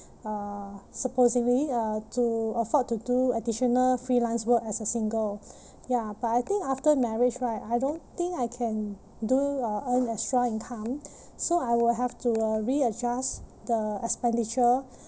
uh supposedly uh to afford to do additional freelance work as a single ya but I think after marriage right I don't think I can do or earn extra income so I will have to uh readjust the expenditure